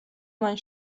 მან